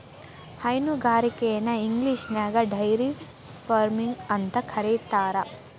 ಹೈನುಗಾರಿಕೆನ ಇಂಗ್ಲಿಷ್ನ್ಯಾಗ dairy farming ಅಂತ ಕರೇತಾರ